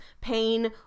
pain